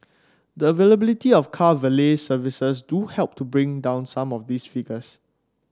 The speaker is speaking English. the availability of car valet services do help to bring down some of these figures